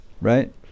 right